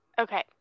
Okay